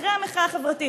אחרי המחאה החברתית,